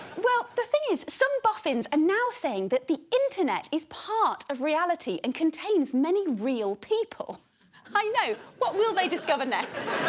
well, the thing is some boffins are and now saying that the internet is part of reality and contains many real people i know what will they discover next?